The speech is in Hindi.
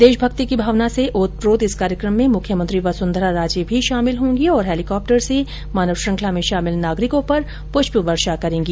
देश भक्ति की भावना से ओतप्रोत इस कार्यक्रम में मुख्यमंत्री वसुंधरा राजे भी शामिल होगी और हेलीकाप्टर से मानव श्रृंखला में शामिल नागरिकों पर पुष्प वर्षा करेगी